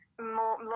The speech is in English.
more